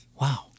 Wow